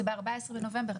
זה ב-14 בנובמבר.